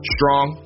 Strong